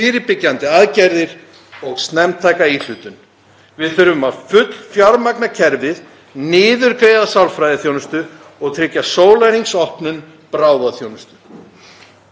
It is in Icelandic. fyrirbyggjandi aðgerðir og snemmtæka íhlutun. Við þurfum að fullfjármagna kerfið, niðurgreiða sálfræðiþjónustu og tryggja sólarhringsopnun bráðaþjónustu.